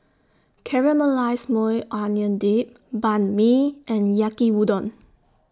Caramelized Maui Onion Dip Banh MI and Yaki Udon